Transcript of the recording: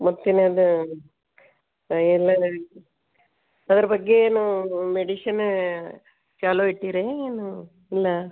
ಮತ್ತಿನದು ಎಲ್ಲಾರ ಅದ್ರ ಬಗ್ಗೆ ಏನು ಮೆಡಿಷಿನ್ ಚಾಲೂ ಇಟ್ಟೀರಾ ಏನೂ ಇಲ್ಲ